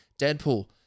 Deadpool